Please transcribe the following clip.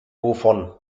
wovon